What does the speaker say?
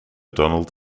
donald